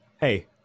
hey